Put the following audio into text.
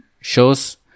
shows